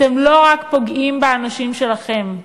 אתם לא רק פוגעים באנשים שלכם,